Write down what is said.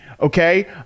Okay